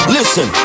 Listen